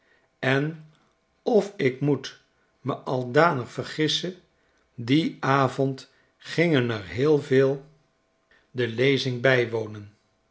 en of ik moet me al danigvergissen dien avond gingen er heel veel de lezing bijwonen